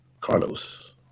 Carlos